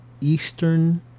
eastern